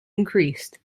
increased